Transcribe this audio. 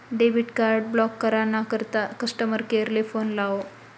debit card block करा ना करता कस्टमर केअर ले फोन लावो